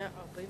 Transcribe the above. רצוני